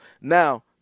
Now